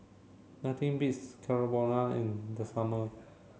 nothing beats Carbonara in the summer